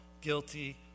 guilty